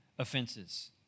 offenses